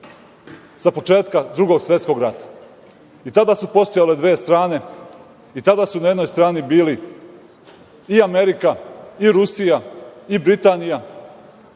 sa početka Drugog svetskog rata. I tada su postojale dve strane i tada su na jednoj strani bili i Amerika i Rusija i Britanija